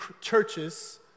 churches